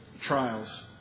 Trials